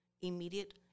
immediate